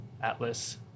atlas